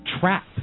trap